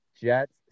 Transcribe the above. Jets